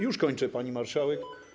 Już kończę, pani marszałek.